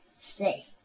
Stay